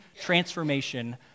transformation